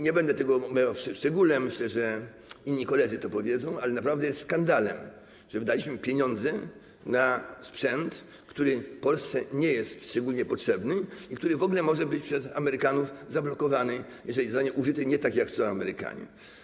Nie będę tego omawiał w szczegółach, myślę, że inni koledzy o tym powiedzą, ale naprawdę jest skandalem, że wydaliśmy pieniądze na sprzęt, który Polsce nie jest szczególnie potrzebny i który w ogóle może być przez Amerykanów zablokowany, jeżeli zostanie użyty nie tak, jak chcą Amerykanie.